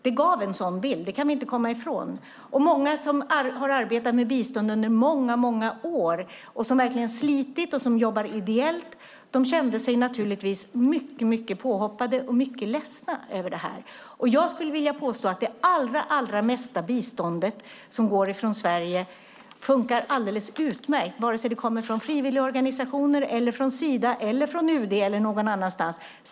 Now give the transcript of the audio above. Det kan vi inte komma ifrån, och många som har arbetat med bistånd under många år och som verkligen har slitit och jobbat ideellt kände sig naturligtvis mycket påhoppade och mycket ledsna över det här. Jag skulle vilja påstå att det allra mesta biståndet som går från Sverige funkar alldeles utmärkt, vare sig det kommer från frivilligorganisationer, från Sida, från UD eller någon annanstans ifrån.